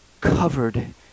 covered